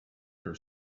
her